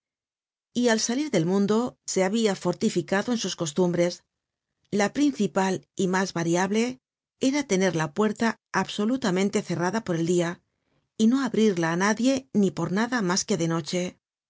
y al salir del mundo se habia fortificado en sus costumbres la principal y mas invariable era tener la puerta absolutamente cerrada por el dia y no abrirla i nadie ni por nada mas que de noche